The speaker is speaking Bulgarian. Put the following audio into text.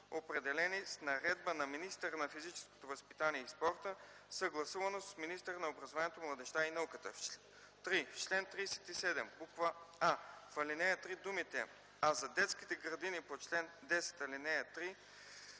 „определени с наредба на министъра на физическото възпитание и спорта съгласувано с министъра на образованието, младежта и науката”. 3. В чл. 37: а) в ал. 3 думите „а за детските градини по чл. 10, ал. 3